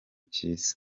cyiza